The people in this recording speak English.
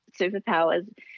superpowers